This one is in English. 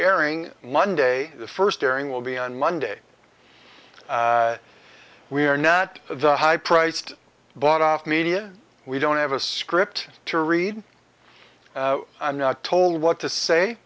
airing monday the first airing will be on monday we are not of the high priced bought off media we don't have a script to read i'm not told what to say